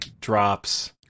drops